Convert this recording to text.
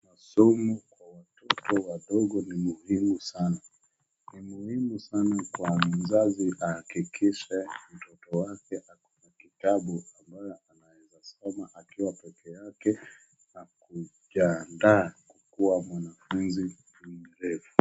Masomo kwa watoto wadogo ni muhumi sana, ni muhimu sana kwa mzazi ahakikishe mtoto wake ako na kitabu ambayo anaezasoma akiwa peke yake akijiandaa kukuwa mwanafunzi mwerevu.